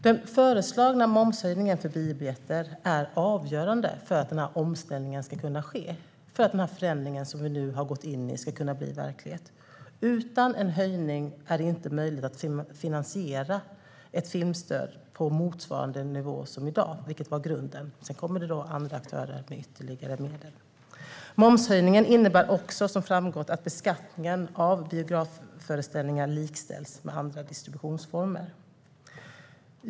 Den föreslagna momshöjningen för biobiljetter är avgörande för att omställningen ska kunna ske och för att den förändring som vi nu har gått in i ska kunna bli verklighet. Utan en höjning är det inte möjligt att finansiera ett filmstöd på motsvarande nivå som i dag, vilket var grunden. Sedan kommer det andra aktörer med ytterligare medel. Momshöjningen innebär också, som framgått, att beskattningen av biografföreställningar likställs med andra distributionsformer.